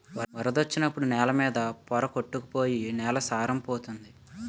వరదొచ్చినప్పుడు నేల మీద పోర కొట్టుకు పోయి నేల సారం పోతంది